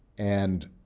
and